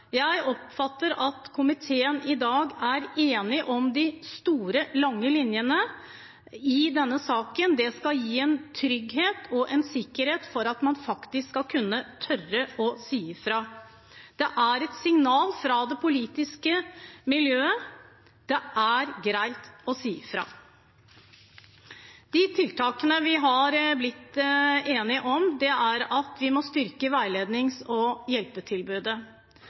Jeg oppfatter at komiteen i dag er enige om de store, lange linjene i denne saken. Det skal gi en trygghet og en sikkerhet for at man faktisk skal kunne tørre å si fra. Det er et signal fra det politiske miljøet: Det er greit å si fra. De tiltakene vi har blitt enige om, er at vi må styrke veilednings- og hjelpetilbudet.